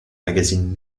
magazine